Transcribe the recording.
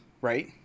right